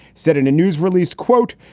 said in a news release, quote,